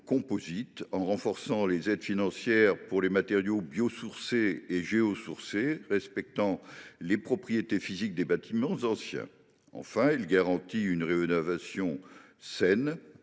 compatibles, en renforçant les aides financières pour les matériaux biosourcés et géosourcés, respectant les propriétés physiques des bâtiments anciens ; enfin, elle garantit une rénovation saine